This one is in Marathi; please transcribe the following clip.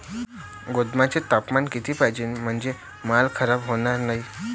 गोदामाचे तापमान किती पाहिजे? म्हणजे माल खराब होणार नाही?